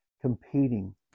competing